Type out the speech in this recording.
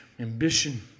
ambition